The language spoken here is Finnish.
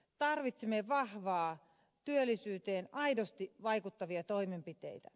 tarvitsemme vahvoja työllisyyteen aidosti vaikuttavia toimenpiteitä